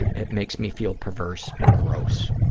it makes me feel perverse and gross.